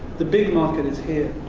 the big market is here,